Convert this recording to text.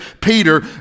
Peter